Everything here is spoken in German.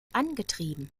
angetrieben